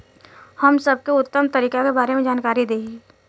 हम सबके उत्तम तरीका के बारे में जानकारी देही?